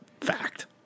fact